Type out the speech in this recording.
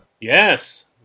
Yes